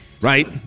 right